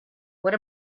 what